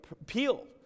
appeal